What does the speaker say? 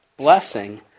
Blessing